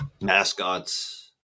mascots